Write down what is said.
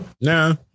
Nah